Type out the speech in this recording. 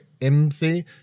MC